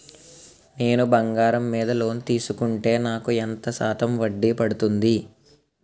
నేను బంగారం మీద లోన్ తీసుకుంటే నాకు ఎంత శాతం వడ్డీ పడుతుంది?